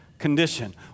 condition